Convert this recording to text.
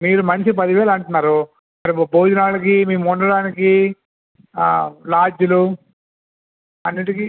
మీరు మనిషికి పదివేలు అంటున్నారు మరి భోజనాలకి మేము ఉండడానికి లాడ్జ్లు అన్నింటికీ